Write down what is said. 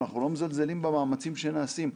אנחנו לא מזלזלים במאמצים שנעשים,